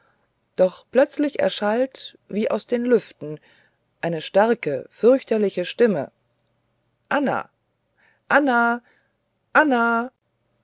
doch plötzlich erschallt wie aus den lüften eine starke fürchterliche stimme anna anna anna